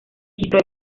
registro